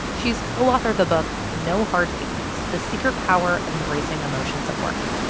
she's co-author of the book no hard feelings the secret power of embracing emotions at work.